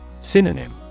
Synonym